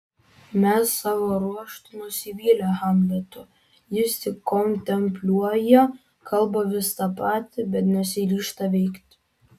mes savo ruožtu nusivylę hamletu jis tik kontempliuoja kalba vis tą patį bet nesiryžta veikti